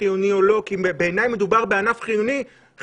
חיוני או לא כי בעיניי מדובר בענף חיוני-חיוני.